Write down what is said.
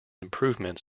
improvements